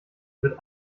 wird